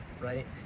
right